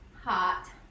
Hot